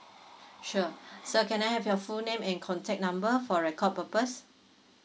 sure sir can I have your full name and contact number for record purpose